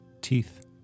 teeth